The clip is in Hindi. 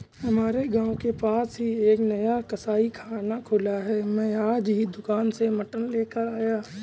हमारे गांव के पास ही एक नया कसाईखाना खुला है मैं आज ही दुकान से मटन लेकर आया